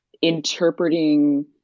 interpreting